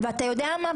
ואתה יודע מה,